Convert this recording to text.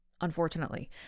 unfortunately